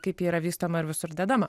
kaip ji yra vystoma ir visur dedama